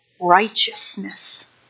Righteousness